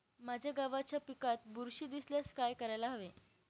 माझ्या गव्हाच्या पिकात बुरशी दिसल्यास काय करायला हवे?